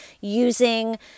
using